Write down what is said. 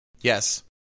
Yes